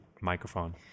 microphone